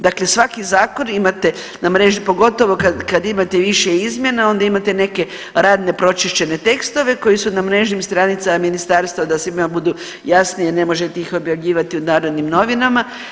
Dakle svaki zakon imate na .../nerazumljivo/... pogotovo kad imate više izmjena, onda imate neke radne, pročišćene tekstove koji su na mrežnim stranicama ministarstva da se svima budu jasnije, ne možete ih objavljivati u Narodnim novinama.